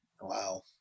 Wow